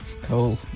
Cool